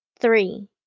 Three